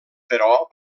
però